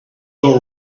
all